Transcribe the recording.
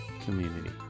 community